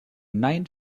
nine